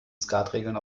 skatregeln